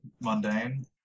mundane